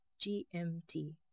GMT